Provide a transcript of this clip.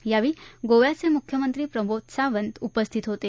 यावेळी गोव्याचे मुख्यमंत्री प्रमोद सावंत हेही उपस्थित होते